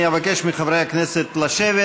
אני אבקש מחברי הכנסת לשבת.